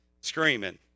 screaming